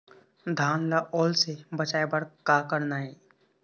धान ला ओल से बचाए बर का करना ये?